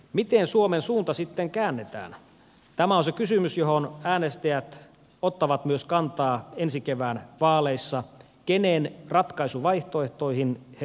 miten suomen suunta sitten käännetään tämä on se kysymys johon äänestäjät ottavat myös kantaa ensi kevään vaaleissa keineen ratkaisuvaihtoehtoihin he